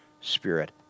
Spirit